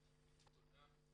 תודה.